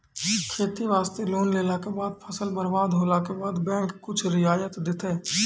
खेती वास्ते लोन लेला के बाद फसल बर्बाद होला के बाद बैंक कुछ रियायत देतै?